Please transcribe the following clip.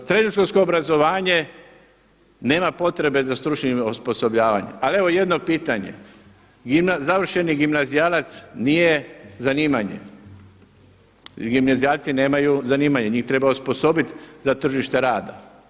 Srednjoškolsko obrazovanje nema potrebe za stručnim osposobljavanjem, ali jedno pitanje, završeni gimnazijalac nije zanimanje, gimnazijalci nemaju zanimanje, njih treba osposobiti za tržište rada.